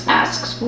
asks